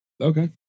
Okay